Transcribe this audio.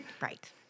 Right